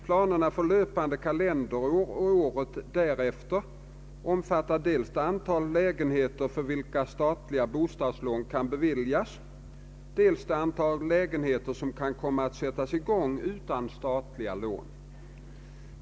Planerna för löpande kalenderår och året därefter omfattar dels det antal lägenheter för vilka statliga bostadslån kan beviljas, dels det antal lägenheter som kan komma att sättas i gång utan statliga lån.